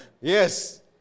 yes